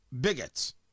bigots